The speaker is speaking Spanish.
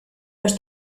los